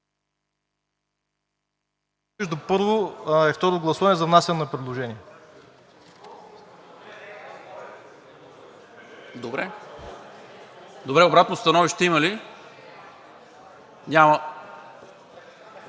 Добре. Обратно становище има ли? Няма.